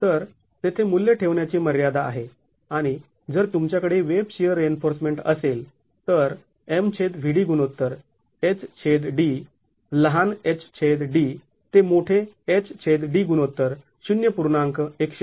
तर तेथे मूल्य ठेवण्याची मर्यादा आहे आणि जर तुमच्याकडे वेब शिअर रिइन्फोर्समेंट असेल तर तुम्ही MVd गुणोत्तर hd लहान hd ते मोठे hd गुणोत्तर ०